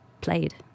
played